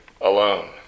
alone